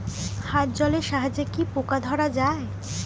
হাত জলের সাহায্যে কি পোকা ধরা যায়?